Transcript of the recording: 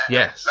yes